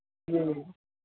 जी